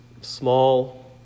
small